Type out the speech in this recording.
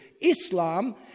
Islam